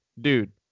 dude